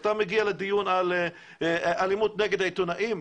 אתה מגיע לדיון על אלימות נגד עיתונאים,